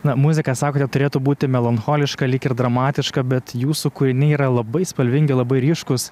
na muzika sakote turėtų būti melancholiška lyg ir dramatiška bet jūsų kūriniai yra labai spalvingi labai ryškūs